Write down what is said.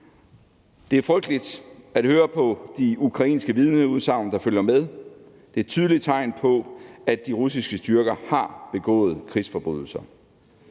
Det er frygteligt at høre de ukrainske vidneudsagn, der følger med. Det er tydelige tegn på, at de russiske styrker har begået krigsforbrydelser.